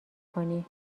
کنی